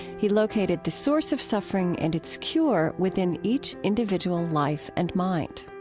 he located the source of suffering and its cure within each individual life and mind.